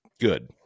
good